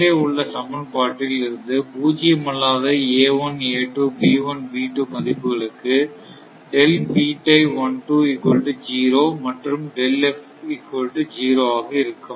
மேலே உள்ள சமன்பாட்டில் இருந்து பூஜ்யமல்லாத மதிப்புகளுக்கு மற்றும் ஆக இருக்கும்